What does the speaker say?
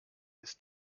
ist